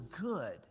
good